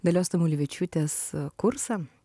dalios tamulevičiūtės kursą